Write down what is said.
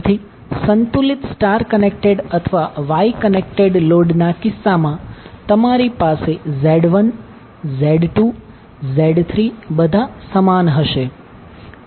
તેથી સંતુલિત star connected અથવા વાય કનેક્ટેડ લોડના કિસ્સામાં તમારી પાસે Z1 Z2 Z3 બધા સમાન હશે